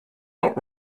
not